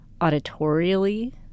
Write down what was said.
auditorially